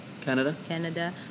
Canada